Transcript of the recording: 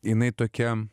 jinai tokia